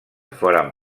foren